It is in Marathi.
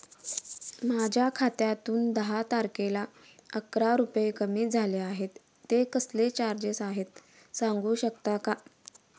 माझ्या खात्यातून दहा तारखेला अकरा रुपये कमी झाले आहेत ते कसले चार्जेस आहेत सांगू शकता का?